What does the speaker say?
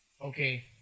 Okay